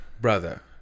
brother